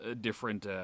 different